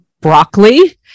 broccoli